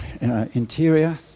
interior